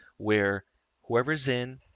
where whoever's in,